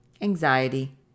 anxiety